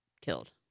killed